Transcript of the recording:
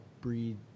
breed